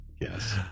yes